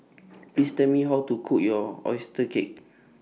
Please Tell Me How to Cook your Oyster Cake